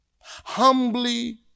Humbly